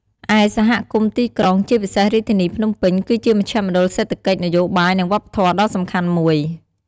ឯសហគមន៍ទីក្រុង ជាពិសេសរាជធានីភ្នំពេញ គឺជាមជ្ឈមណ្ឌលសេដ្ឋកិច្ច នយោបាយ និងវប្បធម៌ដ៏សំខាន់មួយ។